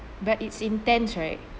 but it's intense right